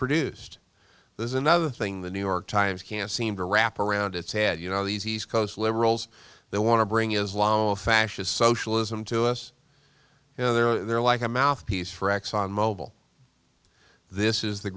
produced there's another thing the new york times can't seem to wrap around its head you know these east coast liberals they want to bring islamic fascists osha lism to us you know they're like a mouthpiece for exxon mobil this is the